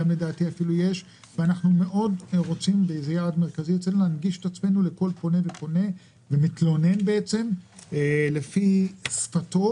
יעד מרכזי אצלנו זה להגניש את עצמנו לכל פונה ומתלונן לפי שפתו.